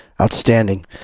Outstanding